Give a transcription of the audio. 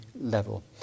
level